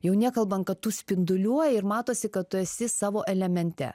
jau nekalbant kad tu spinduliuoji ir matosi kad tu esi savo elemente